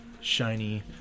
shiny